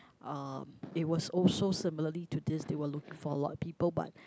uh it was also similarly to this they were looking for a lot of people but